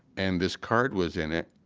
and this card was in it,